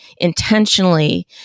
intentionally